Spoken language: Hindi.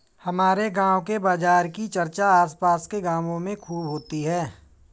हमारे गांव के बाजार की चर्चा आस पास के गावों में खूब होती हैं